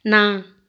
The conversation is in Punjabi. ਨਾ